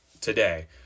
today